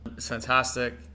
fantastic